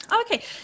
Okay